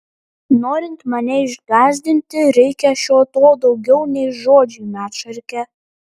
norint mane išgąsdinti reikia šio to daugiau nei žodžiai medšarke